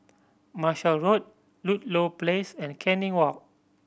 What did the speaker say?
Marshall Road Ludlow Place and Canning Walk